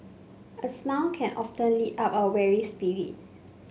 a smile can often lift up a weary spirit